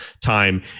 time